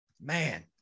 man